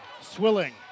Swilling